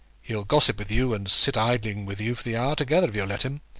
he'll gossip with you and sit idling with you for the hour together, if you'll let him.